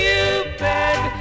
Cupid